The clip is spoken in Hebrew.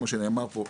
כמו שנאמר פה,